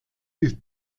ist